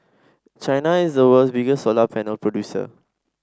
China is the world's biggest solar panel producer